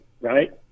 right